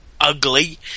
ugly